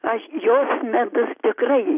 aš jos medus tikrai